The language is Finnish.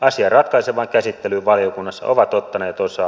asian ratkaisevaan käsittelyyn valiokunnassa ovat ottaneet osaa